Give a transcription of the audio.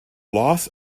loss